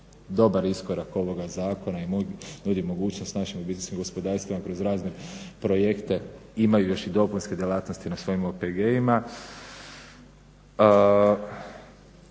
dobar iskorak ovoga zakona i nudi mogućnost našim u biti svim gospodarstvenicima kroz razne projekte, imaju još i dopunske djelatnosti na svojim OPG-ima.